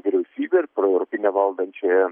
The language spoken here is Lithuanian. vyriausybę ir proeuropinę valdančiąją